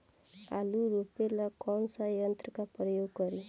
आलू रोपे ला कौन सा यंत्र का प्रयोग करी?